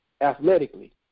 athletically